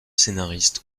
scénaristes